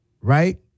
right